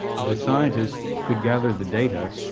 the scientists could gather the data,